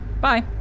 Bye